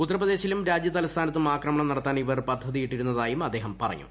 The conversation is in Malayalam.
ഉത്തർപ്രദേശിലും രാജ്യ തലസ്ഥാനത്തും ആക്രമണം നടത്താൻ ഇവർ പദ്ധതിയിട്ടിരുന്നതായും അദ്ദേഹം പറഞ്ഞു